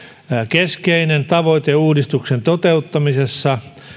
keskeisen tavoitteen uudistuksen toteuttamisessa